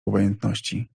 obojętności